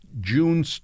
June